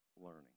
learning